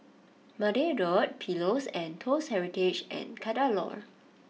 Mandalay Road Pillows and Toast Heritage and Kadaloor